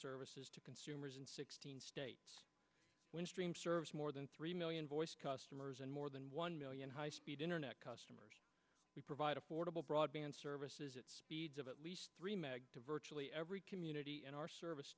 services to consumers in sixteen states windstream serves more than three million voice customers and more than one million high speed internet customers we provide affordable broadband services speeds of at least three meg to virtually every community in our service